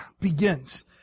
begins